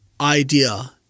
idea